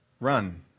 run